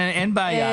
אין בעיה.